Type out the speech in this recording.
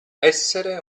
essere